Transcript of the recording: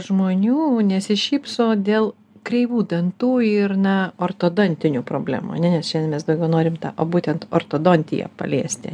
žmonių nesišypso dėl kreivų dantų ir na ortodontinių problemų ar ne nes šiandien mes daugiau norime tą būtent ortodontiją paliesti